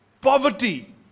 poverty